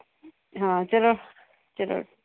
ਹਾਂ ਚਲੋ ਚਲੋ